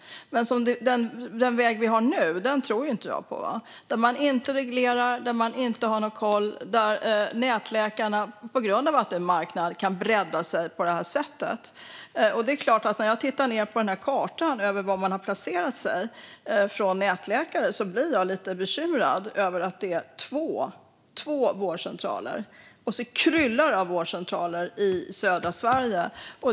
Den väg vi går nu tror inte jag på - där man inte reglerar och inte har någon koll och där nätläkarna, på grund av att det är en marknad, kan bredda sig på det här sättet. När jag tittar ned på kartan över var nätläkarna har placerat sig blir jag lite bekymrad över att det är två vårdcentraler norr om Uppsala medan det kryllar av vårdcentraler i södra Sverige.